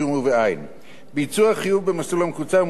ביצוע חיוב במסלול הקוצר מוגבל לשמונה חודשים.